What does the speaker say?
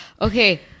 Okay